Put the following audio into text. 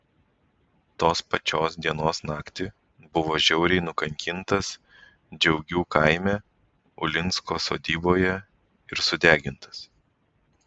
tos pačios dienos naktį buvo žiauriai nukankintas džiaugių kaime ulinsko sodyboje ir sudegintas